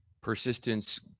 Persistence